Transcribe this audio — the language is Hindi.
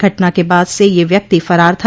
घटना के बाद से यह व्यक्ति फरार था